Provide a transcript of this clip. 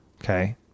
Okay